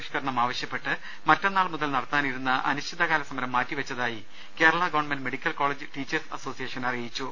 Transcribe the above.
ഷ്കരണം ആവശ്യപ്പെട്ട് മറ്റന്നാൾ മുതൽ നടത്താനിരുന്ന അനിശ്ചിതകാല സമരം മാറ്റിവെച്ചതായി Kerala government medical college teachers association അറിയിച്ചു